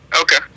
Okay